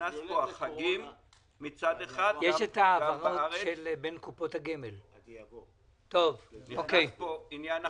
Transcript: נכנס פה עניין החגים,